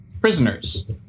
prisoners